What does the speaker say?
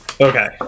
Okay